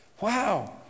Wow